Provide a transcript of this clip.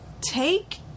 take